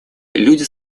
люди